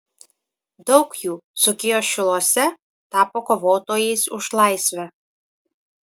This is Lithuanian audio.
daug jų dzūkijos šiluose tapo kovotojais už laisvę